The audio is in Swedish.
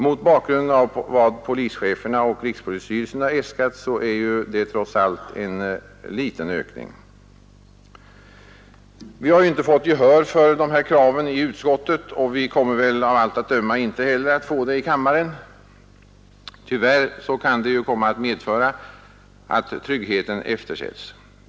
Mot bakgrunden av vad polischeferna och rikspolisstyrelsen äskat är detta trots allt en liten ökning. Vi har inte fått gehör för dessa krav i utskottet, och vi kommer väl av allt att döma inte heller att få det i kammaren. Tyvärr kan det komma att medföra att tryggheten eftersätts.